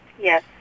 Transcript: Yes